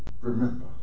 Remember